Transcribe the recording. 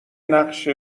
نقش